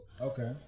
Okay